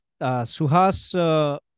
Suhas